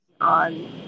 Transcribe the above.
on